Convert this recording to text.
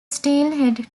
steelhead